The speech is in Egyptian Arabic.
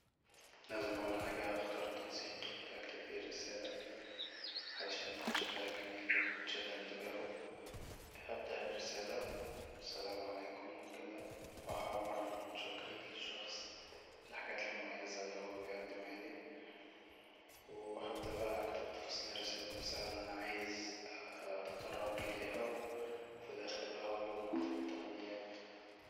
لازم اول حاجة اختار التنسيق اللي هكتب بيه الرسالة علشان يكون شكلها جميل وتشد انباهه هبدا الرسالة بالسلام عليكم وكدا وهعبر عن شكري للشخص للحاجات المميزه اللي هي بيقدمهالي وهبدا بقا اكتب تفاصيل الرساله نفسها اللي انا عايز اتطرق اليها و في الاخر بقا هقوله مع اطيب التمنيات